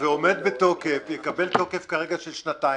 ועומד בתוקף, יקבל כרגע תוקף של שנתיים.